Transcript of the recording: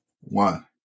one